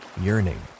yearning